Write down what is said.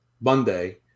Monday